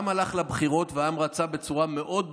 העם הלך לבחירות והעם רצה בצורה מאוד ברורה.